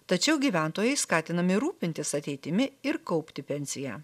tačiau gyventojai skatinami rūpintis ateitimi ir kaupti pensiją